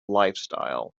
lifestyle